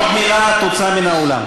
עוד מילה תוצא מן האולם.